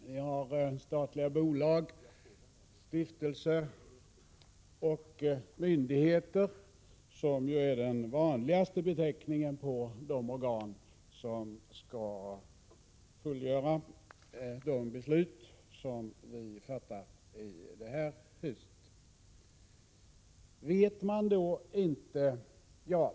Vi har statliga bolag, stiftelser och myndigheter, som ju är den vanligaste beteckningen på de organ som skall verkställa de beslut som vi fattar i det här huset.